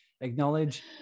acknowledge